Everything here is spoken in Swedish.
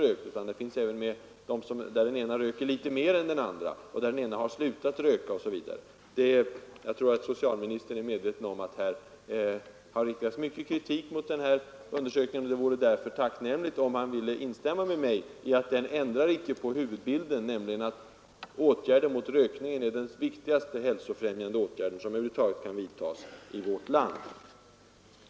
Man har också tagit med sådana tvillingpar där den ene rökt litet mer än den andre, fall där den ene har slutat röka osv. Jag tror att socialministern är medveten om att det kan riktas mycken kritik mot den här undersökningen. Det vore därför bra om han kunde instämma med mig i att undersökningen inte ändrar på huvudbilden, nämligen att en begränsning av rökningen är den viktigaste hälsofrämjande åtgärd som över huvud taget kan vidtas i vårt land.